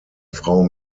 frau